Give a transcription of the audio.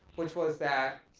which was that,